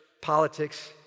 politics